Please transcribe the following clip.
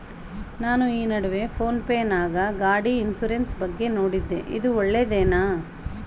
ನಾನು ಈ ನಡುವೆ ಫೋನ್ ಪೇ ನಾಗ ಗಾಡಿ ಇನ್ಸುರೆನ್ಸ್ ಬಗ್ಗೆ ನೋಡಿದ್ದೇ ಇದು ಒಳ್ಳೇದೇನಾ?